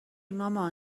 مامان